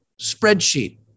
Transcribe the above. spreadsheet